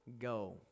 go